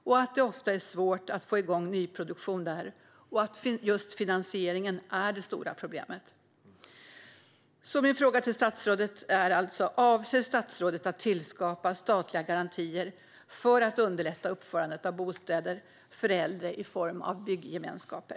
Där är det ofta svårt att få igång nyproduktion, och det är just finansieringen som är det stora problemet. Min fråga till statsrådet är alltså: Avser statsrådet att tillskapa statliga garantier för att underlätta uppförandet av bostäder för äldre i form av byggemenskaper?